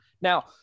Now